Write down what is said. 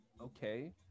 Okay